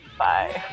bye